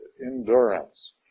endurance